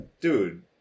dude